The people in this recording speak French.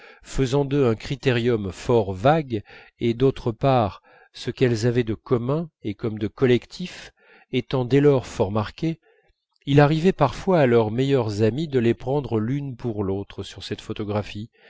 faisant d'eux un critérium fort vague et d'autre part ce qu'elles avaient de commun et comme de collectif étant dès lors marqué il arrivait parfois à leurs meilleures amies de les prendre l'une pour l'autre sur cette photographie